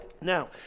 Now